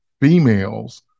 females